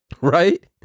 right